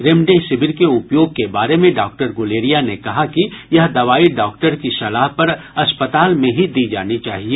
remdesivir के उपयोग के बारे में डॉक्टर गुलेरिया ने कहा कि यह दवाई डॉक्टर की सलाह पर अस्पताल में ही दी जानी चाहिए